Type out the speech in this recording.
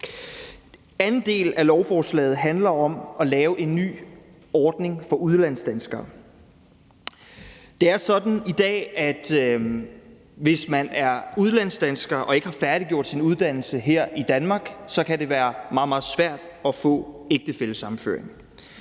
anden del af lovforslaget handler om at lave en ny ordning for udlandsdanskere. Det er i dag sådan, at det, hvis man er udlandsdansker og ikke har færdiggjort sin uddannelse her i Danmark, så kan være meget, meget svært at få ægtefællesammenføring,